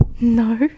no